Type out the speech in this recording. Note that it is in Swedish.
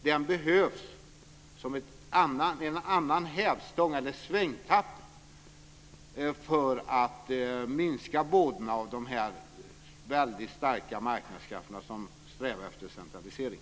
Den behövs som en annan hävstång eller svängarm för att minska vådan av de här väldigt starka marknadskrafterna som strävar efter centralisering.